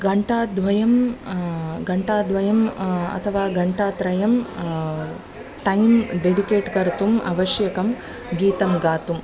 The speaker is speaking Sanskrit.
घण्टाद्वयं घण्टाद्वयम् अथवा घण्टात्रयम् टैम् डेडिकेट् कर्तुम् आवश्यकं गीतं गातुम्